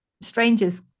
strangers